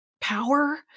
power